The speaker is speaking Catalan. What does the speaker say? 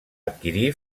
adquirir